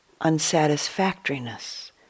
unsatisfactoriness